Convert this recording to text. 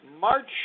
March